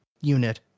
unit